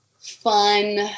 fun